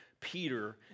Peter